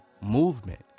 movement